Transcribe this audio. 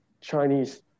Chinese